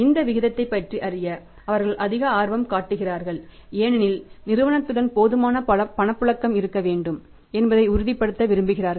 இந்த விகிதத்தைப் பற்றி அறிய அவர்கள் அதிக ஆர்வம் காட்டுகிறார்கள் ஏனெனில் நிறுவனத்துடன் போதுமான பணப்புழக்கம் இருக்க வேண்டும் என்பதை உறுதிப்படுத்த விரும்புகிறார்கள்